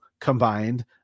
combined